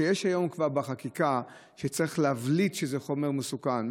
כבר היום בחקיקה צריך להבליט שזה חומר מסוכן.